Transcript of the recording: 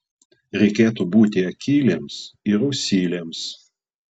reikėtų būti akyliems ir ausyliems